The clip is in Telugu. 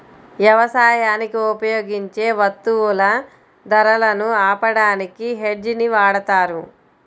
యవసాయానికి ఉపయోగించే వత్తువుల ధరలను ఆపడానికి హెడ్జ్ ని వాడతారు